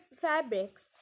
fabrics